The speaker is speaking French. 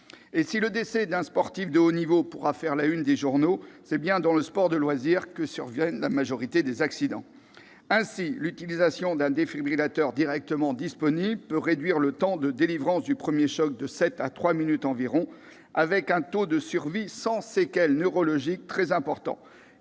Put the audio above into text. Si le décès d'un sportif de haut niveau peut faire la « une » des journaux, c'est bien dans le sport de loisir que surviennent la majorité d'entre eux. Ainsi, l'utilisation d'un défibrillateur directement disponible peut réduire le temps de délivrance du premier choc de sept à trois minutes environ, avec un taux de survie sans séquelles neurologiques très important.